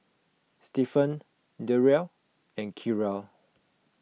Stephen Derrell and Kiarra